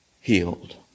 healed